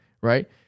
right